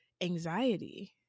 anxiety